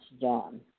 John